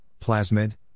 plasmid